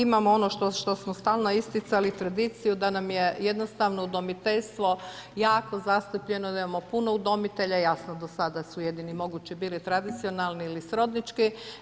Da imamo ono što smo stalno isticali tradiciju, da nam je jednostavno udomiteljstvo, jako zastupljeno, da imamo puno udomitelja i jasno, do sada su jedini mogući bili tradicionalni ili srodnički.